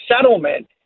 settlement